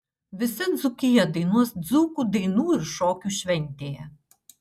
visa dzūkija dainuos dzūkų dainų ir šokių šventėje